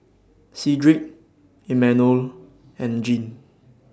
Cedric Imanol and Jean